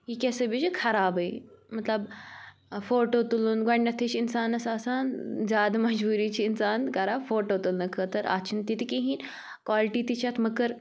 یہِ کیٛاہ سا بیٚیہِ چھُ خرابٕے مطلب فوٹوٗ تُلُن گۄڈٕنٮ۪تھٕے چھِ اِنسانَس آسان زیادٕ مجبوٗری چھِ اِنسان کَران فوٹوٗ تُلنہٕ خٲطر اَتھ چھِ نہٕ تِتہِ کِہیٖنٛۍ کالٹی تہِ چھِ اَتھ مٔکٕر